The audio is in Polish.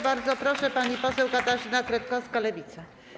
Bardzo proszę, pani poseł Katarzyna Kretkowska, Lewica.